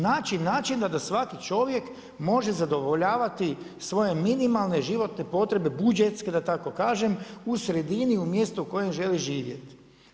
Naći načina da svaki čovjek može zadovoljavati svoje minimalne životne potrebe, budžetske da tako kažem u sredini u mjestu u kojem želi živjeti.